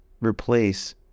replace